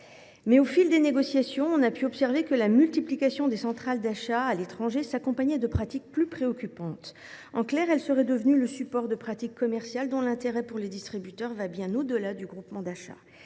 au fil des négociations, nous avons pu observer que la multiplication des centrales d’achat à l’étranger s’accompagnait de pratiques plus préoccupantes : en clair, ces centrales seraient devenues le support de pratiques commerciales dont l’intérêt, pour les distributeurs, va bien au delà de celui